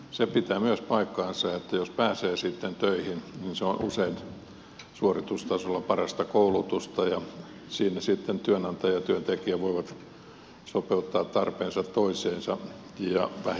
se pitää myös paikkansa että jos pääsee sitten töihin niin se on usein suoritustasolla parasta koulutusta ja siinä sitten työnantaja ja työntekijä voivat sopeuttaa tarpeensa toisiinsa